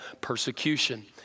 persecution